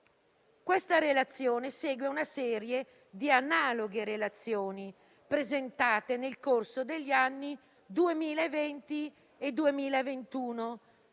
Questa relazione segue una serie di analoghe relazioni presentate nel corso degli anni 2020 e 2021,